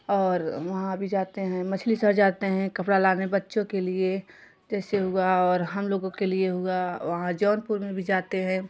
और वहाँ भी जाते हैं मछली शहर जाते हैं कपड़ा लाने बच्चों के लिए जैसे हुआ और हम लोगों के लिए हुआ वहाँ जौनपुर में भी जाते हैं